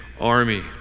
army